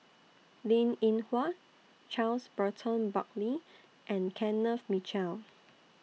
Linn in Hua Charles Burton Buckley and Kenneth Mitchell